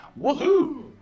Woohoo